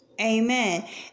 Amen